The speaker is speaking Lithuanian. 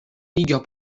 lygio